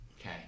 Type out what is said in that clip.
Okay